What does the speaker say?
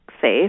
safe